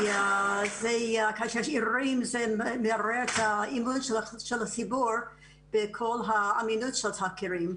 כאשר הערעורים מערערים את האמון של הציבור בכל האמינות של התחקירים.